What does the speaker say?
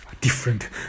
different